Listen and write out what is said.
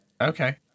okay